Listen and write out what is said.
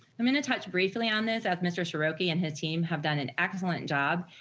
i'm gonna touch briefly on this as mr. shoroki and his team have done an excellent job,